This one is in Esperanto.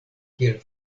kiel